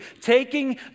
Taking